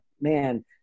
man